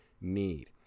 need